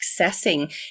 accessing